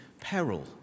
peril